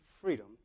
freedom